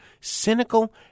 cynical